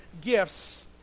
gifts